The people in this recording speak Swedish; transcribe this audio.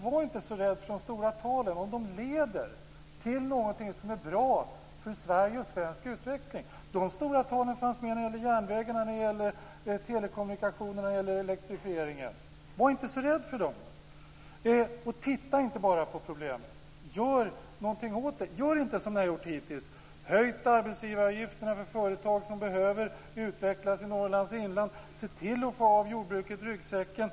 Var inte så rädd för de stora talen, om de leder till någonting som är bra för Sverige och svensk utveckling. De stora talen fanns med när det gällde järnvägen, när det gällde telekommunikation och när det gällde elektrifieringen. Var inte så rädd för dem. Titta inte bara på problemen. Gör någonting åt dem. Gör inte som ni har gjort hittills, då ni har höjt arbetsgivaravgifterna för företag som behöver utvecklas i Norrlands inland. Se till att få av jordbruket ryggsäcken.